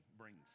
brings